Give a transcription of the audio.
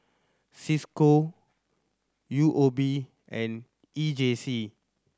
Cisco U O B and E J C